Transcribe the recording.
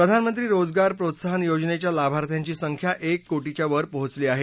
प्रधानमंत्री रोजगार प्रोत्साहन योजनेच्या लाभार्थ्यांची संख्या एक कोटीच्या वर पोचली आहे